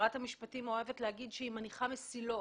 שרת המשפטים אוהבת להגיד שהיא מניחה מסילות.